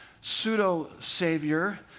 pseudo-savior